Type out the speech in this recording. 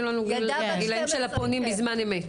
הגילאים של הפונים בזמן אמת.